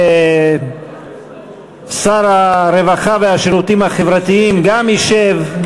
ושר הרווחה והשירותים החברתיים גם ישב.